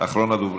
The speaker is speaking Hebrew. אחרון הדוברים.